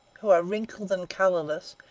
who are wrinkled and colorless,